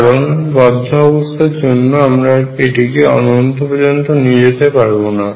কারণ বদ্ধ অবস্থার জন্য আমরা এটিকে অনন্ত পর্যন্ত নিয়ে যেতে পারবো না